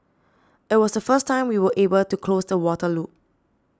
it was the first time we were able to close the water loop